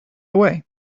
away